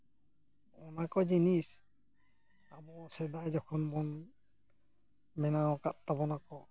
ᱚᱱᱟ ᱠᱚ ᱡᱤᱱᱤᱥ ᱟᱵᱚ ᱥᱮᱫᱟᱭ ᱡᱚᱠᱷᱚᱱ ᱵᱚᱱ ᱵᱮᱱᱟᱣᱟᱠᱟᱫ ᱛᱟᱵᱚᱱᱟᱠᱚ